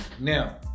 Now